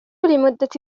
لمدة